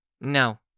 No